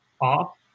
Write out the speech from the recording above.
off